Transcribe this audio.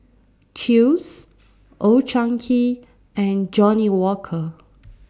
Chew's Old Chang Kee and Johnnie Walker